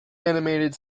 animated